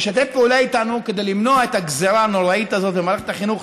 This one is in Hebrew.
לשתף פעולה איתנו כדי למנוע את הגזרה הנוראית הזאת במערכת החינוך.